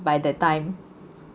by that time